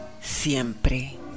siempre